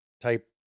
type